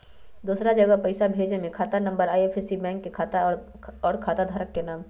दूसरा जगह पईसा भेजे में खाता नं, आई.एफ.एस.सी, बैंक के नाम, और खाता धारक के नाम?